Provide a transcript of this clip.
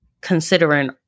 considering